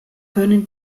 können